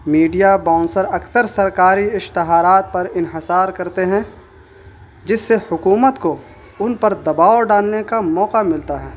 media باؤنسر اکثر سرکاری اشتہارات پر انحصار کرتے ہیں جس سے حکومت کو ان پر دباؤ ڈالنے کا موقع ملتا ہے